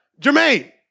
Jermaine